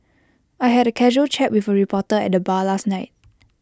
I had A casual chat with A reporter at the bar last night